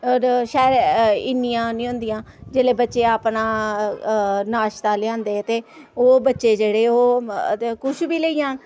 होर शैह्र इन्नियां निं होंदियां जेल्लै बच्चे अपना नाश्ता लेई औंदे ते ओह् बच्चे जेह्ड़े ओह् ते कुछ बी लेई जान